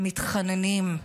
מתחננים,